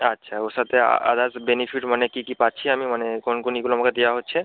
আচ্ছা ওর সাথে আদার্স বেনিফিট মানে কী কী পাচ্ছি আমি মানে কোন কোন ইয়েগুলো আমাকে দেওয়া হচ্ছে